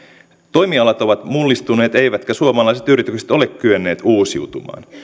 toimialat ovat mullistuneet eivätkä suomalaiset yritykset ole kyenneet uusiutumaan